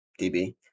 DB